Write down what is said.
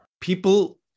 People